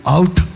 Out